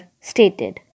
stated